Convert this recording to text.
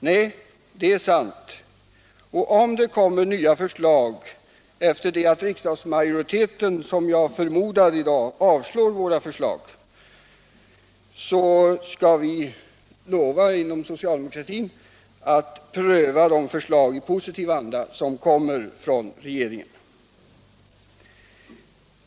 Nej, det är sant, och om det kommer nya förslag efter det att riksdagsmajoriteten, som jag förmodar, i dag avslår våra förslag, så lovar vi inom socialdemokratin att pröva de förslag i positiv anda som kommer från regeringen.